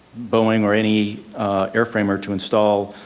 boeing or any airframer to install